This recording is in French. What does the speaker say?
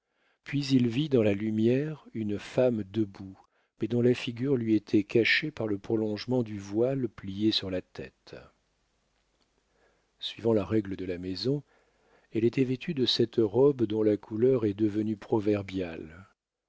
puis il vit dans la lumière une femme debout mais dont la figure lui était cachée par le prolongement du voile plié sur la tête suivant la règle de la maison elle était vêtue de cette robe dont la couleur est devenue proverbiale